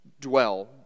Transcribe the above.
dwell